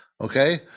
Okay